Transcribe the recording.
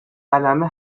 قلمه